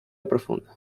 profunda